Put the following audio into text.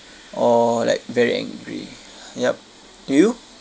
or like very angry yup do you